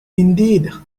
indeed